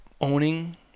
owning